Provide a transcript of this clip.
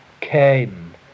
came